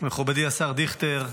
מכובדי השר דיכטר,